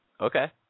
Okay